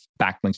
backlinks